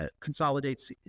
consolidates